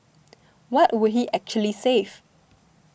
what would he actually save